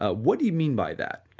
ah what do you mean by that?